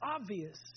obvious